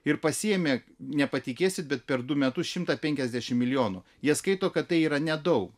ir pasiėmė nepatikėsit bet per du metus šimtą penkiasdešimt milijonų jie skaito kad tai yra nedaug